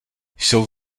jsou